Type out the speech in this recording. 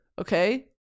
okay